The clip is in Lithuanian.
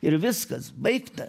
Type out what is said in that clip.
ir viskas baigta